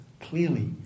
clearly